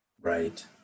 Right